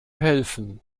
helfen